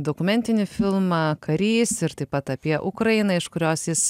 dokumentinį filmą karys ir taip pat apie ukrainą iš kurios jis